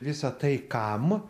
visa tai kam